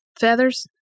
feathers